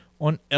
on